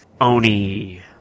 oni